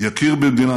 יכיר במדינה,